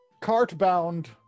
cart-bound